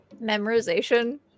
memorization